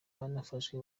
barafashwe